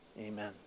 Amen